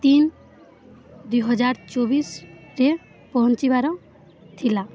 ତିନି ଦୁଇହଜାର ଚବିଶିରେ ପହଞ୍ଚିବାର ଥିଲା